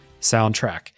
soundtrack